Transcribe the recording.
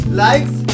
likes